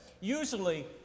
Usually